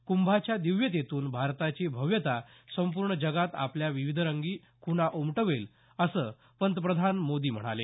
कुंभाच्या दिव्यतेतून भारताची भव्यता संपूर्ण जगात आपल्या विविधरंगी खुणा उमटवेल असं मोदी म्हणाले